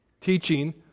Teaching